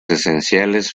esenciales